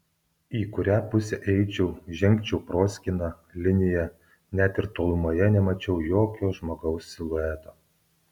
į kurią pusę eičiau žengčiau proskyna linija net ir tolumoje nemačiau jokio žmogaus silueto